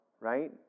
right